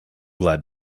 glad